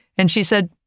and she said,